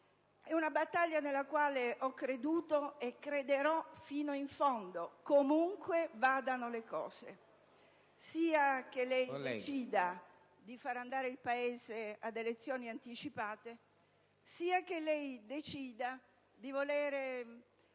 È una battaglia nella quale ho creduto e crederò fino in fondo, comunque vadano le cose, sia che lei decida di far andare il Paese ad elezioni anticipate, sia che lei decida di voler